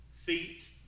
feet